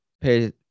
pay